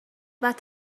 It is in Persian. بعد